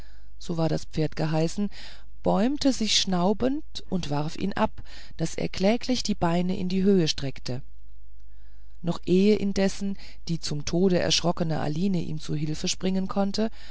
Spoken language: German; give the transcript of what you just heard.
so war das pferd geheißen bäumte sich schnaubend und warf ihn ab daß er kläglich die beine in die höhe streckte noch ehe indessen die zum tode erschrockene aline ihm zu hilfe springen konnte